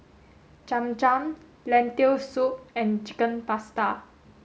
Cham Cham Lentil Soup and Chicken Pasta